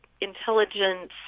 Intelligence